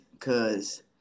Cause